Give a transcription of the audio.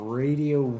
radio